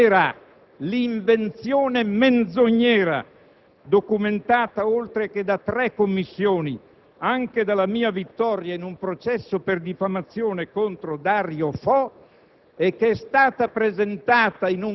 nell'elenco della P2 (documentata oltre che da tre commissioni anche dalla mia vittoria in un processo per diffamazione contro Dario Fo,